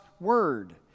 Word